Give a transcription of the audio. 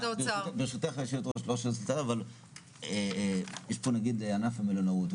היושבת-ראש, יש פה נציגים מענף המלונאות.